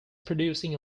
producing